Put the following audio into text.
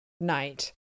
night